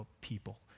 people